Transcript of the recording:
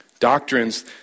Doctrines